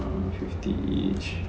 fifty each